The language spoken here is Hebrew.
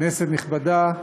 כנסת נכבדה,